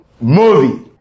movie